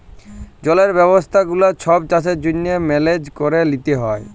জলের ব্যবস্থা গুলা ছব চাষের জ্যনহে মেলেজ ক্যরে লিতে হ্যয়